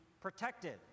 protected